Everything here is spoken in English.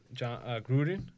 Gruden